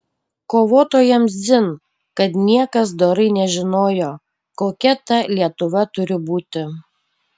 kovotojams dzin kad niekas dorai nežinojo kokia ta lietuva turi būti